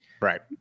Right